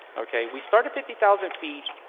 ok? we started fifty thousand feet.